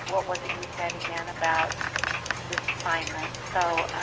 was it you said again about this assignment. so